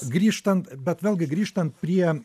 grįžtant bet vėlgi grįžtant prie